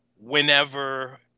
whenever